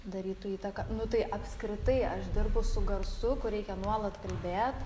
darytų įtaką nu tai apskritai aš dirbu su garsu kur reikia nuolat kalbėt